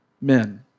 men